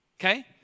okay